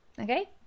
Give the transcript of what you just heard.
Okay